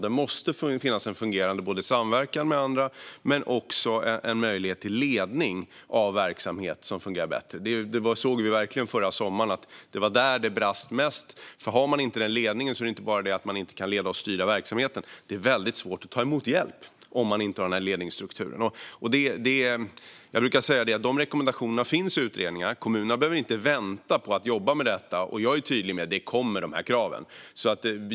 Det måste finnas en fungerande samverkan med andra men också en möjlighet till ledning av verksamhet som fungerar bättre. Vi såg verkligen förra sommaren att det var där det brast mest. Har man inte ledningen är det inte bara det att man inte kan leda och styra verksamheten. Det är väldigt svårt att ta emot hjälp om man inte har ledningsstrukturen. Jag brukar säga att de rekommendationerna finns i utredningar. Kommunerna behöver inte vänta på att jobba med detta. Jag är tydlig med att de kraven kommer.